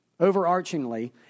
overarchingly